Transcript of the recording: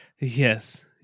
Yes